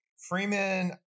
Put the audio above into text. Freeman